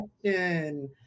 question